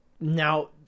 Now